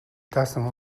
даасан